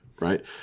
right